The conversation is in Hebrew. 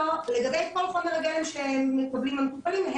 לגבי כל חומר הגלם שמקבלים המטופלים,